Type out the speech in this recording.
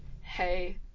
hey